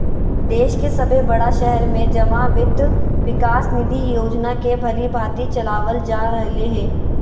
देश के सभे बड़ा शहर में जमा वित्त विकास निधि योजना के भलीभांति चलाबल जा रहले हें